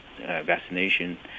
vaccination